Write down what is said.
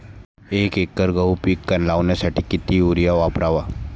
एक एकर गहू पीक लावण्यासाठी किती युरिया वापरावा?